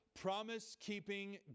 promise-keeping